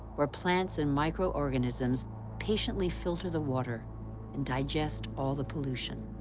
where plants and micro-organisms patiently filter the water and digest all the pollution.